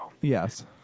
Yes